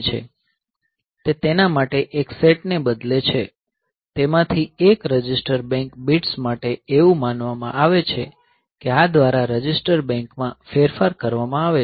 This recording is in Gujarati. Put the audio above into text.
તે તેના એક સેટ ને બદલે છે તેમાંથી એક રજિસ્ટર બેંક બિટ્સ માટે એવું માનવામાં આવે છે કે આ દ્વારા રજિસ્ટર બેંકમાં ફેરફાર કરવામાં આવે છે